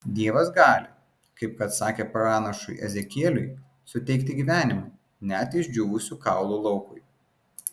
dievas gali kaip kad sakė pranašui ezekieliui suteikti gyvenimą net išdžiūvusių kaulų laukui